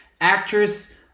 Actress –